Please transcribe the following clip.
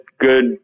good